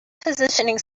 positioning